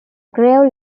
grave